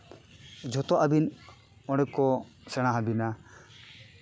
ᱡᱚᱛᱚ ᱟᱹᱵᱤᱱ ᱚᱸᱰᱮ ᱠᱚ ᱥᱮᱬᱟ ᱟᱹᱵᱤᱱᱟ